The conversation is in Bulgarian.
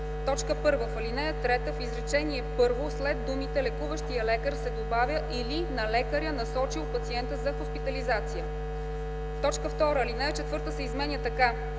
1. В ал. 3 в изречение първо след думите „лекуващия лекар” се добавя „или на лекаря, насочил пациента за хоспитализация”. 2. Алинея 4 се изменя така: